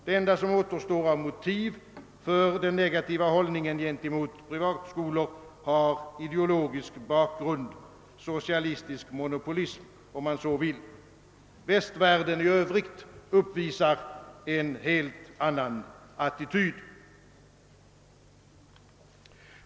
Det enda som återstår av motiv för den negativa hållningen gentemot privatskolor har ideologisk bakgrund -— socialistisk monopolism, om man så vill. Västvärlden i övrigt uppvisar en helt annan attityd.